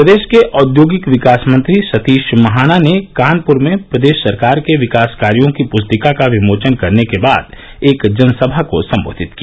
प्रदेश के औद्योगिक विकास मंत्री सतीश महाना ने कानपुर में प्रदेश सरकार के विकास कार्यो की पुस्तिका का विमोचन करने के बाद एक जनसभा को संबोधित किया